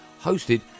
hosted